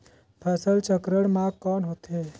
फसल चक्रण मा कौन होथे?